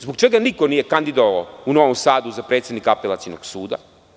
Zbog čega se niko nije kandidovao u Novom Sadu za predsednika Apelacionog suda?